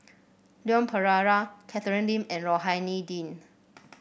Leon Perera Catherine Lim and Rohani Din